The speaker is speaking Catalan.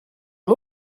amb